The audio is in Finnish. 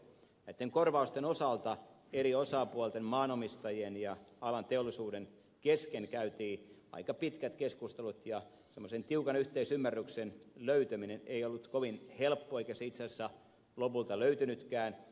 näitten korvausten osalta eri osapuolten maaomistajien ja alan teollisuuden kesken käytiin aika pitkät keskustelut ja semmoisen tiukan yhteisymmärryksen löytäminen ei ollut kovin helppoa eikä se itse asiassa lopulta löytynytkään